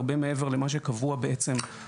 הרבה מעבר למה שקבוע בפקודה.